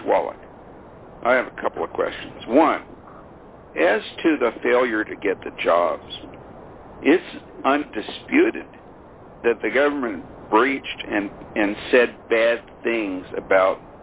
judge well i have a couple of questions one as to the failure to get the jobs it's disputed that the government breached and and said bad things